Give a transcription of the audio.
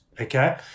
okay